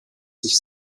sich